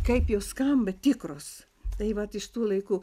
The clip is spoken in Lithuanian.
kaip jos skamba tikros tai vat iš tų laikų